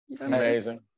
amazing